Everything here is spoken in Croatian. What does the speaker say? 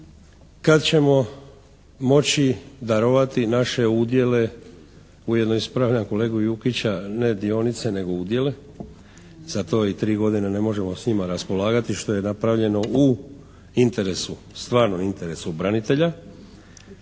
kad ćemo moći darovati naše udjele, ujedno ispravljam kolegu Jukića ne dionice, nego udjele, zato i 3 godine ne možemo s njima raspolagati, što je napravljeno u interesu, stvarno interesu branitelja.